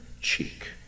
cheek